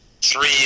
three